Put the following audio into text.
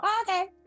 Okay